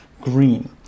green